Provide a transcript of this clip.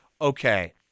Okay